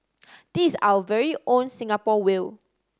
this is our very own Singapore whale